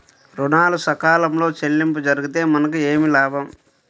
ఋణాలు సకాలంలో చెల్లింపు జరిగితే మనకు ఏమి లాభం?